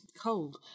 cold